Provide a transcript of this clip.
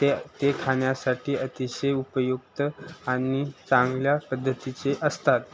ते ते खाण्यासाठी अतिशय उपयुक्त आणि चांगल्या पद्धतीचे असतात